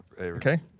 Okay